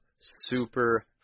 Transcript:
super